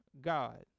God